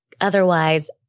Otherwise